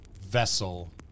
vessel